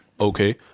okay